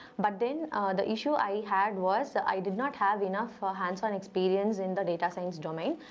but then the issue i had was i did not have enough ah hands-on experience in the data science domain.